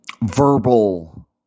verbal